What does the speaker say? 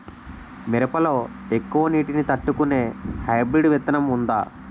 మిరప లో ఎక్కువ నీటి ని తట్టుకునే హైబ్రిడ్ విత్తనం వుందా?